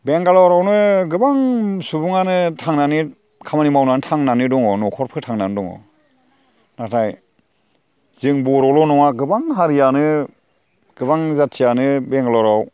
बेंगालरावनो गोबां सुबुङानो थांनानै खामानि मावनानै थांनानै दङ न'खर फोथांनानै दङ नाथाय जों बर'ल' नङा गोबां हारियानो गोबां जाथियानो बेंगालराव